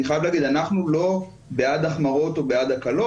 אני חייב להגיד אנחנו לא בעד החמרות או בעד הקלות,